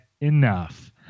enough